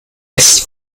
jetzt